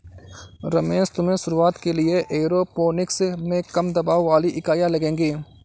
रमेश तुम्हें शुरुआत के लिए एरोपोनिक्स में कम दबाव वाली इकाइयां लगेगी